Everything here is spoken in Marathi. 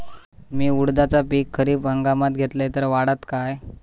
मी उडीदाचा पीक खरीप हंगामात घेतलय तर वाढात काय?